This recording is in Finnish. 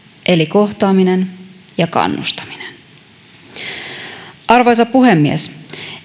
eli kohtaaminen ja kannustaminen arvoisa puhemies